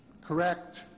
correct